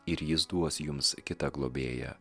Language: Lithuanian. ir jis duos jums kitą globėją